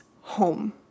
home